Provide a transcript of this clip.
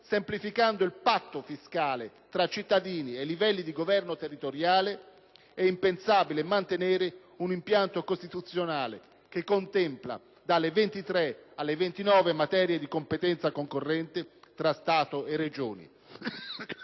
semplificando il patto fiscale tra cittadini e livelli di Governo territoriale è impensabile mantenere un impianto costituzionale che contempla dalle 23 alle 29 materie di competenza concorrente tra Stato e Regioni.